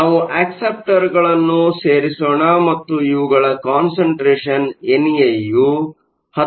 ಆದ್ದರಿಂದ ನಾವು ಅಕ್ಸೆಪ್ಟರ್ಗಳನ್ನು ಸೇರಿಸೋಣ ಮತ್ತು ಇವುಗಳ ಕಾನ್ಸಂಟ್ರೇಷನ್ ಎನ್ಎ ಯು 1016 ಆಗಿದೆ